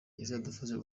izadufasha